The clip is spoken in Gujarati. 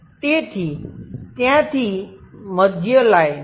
તેથી ત્યાંથી મધ્ય લાઈન